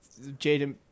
Jaden